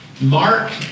Mark